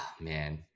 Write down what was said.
man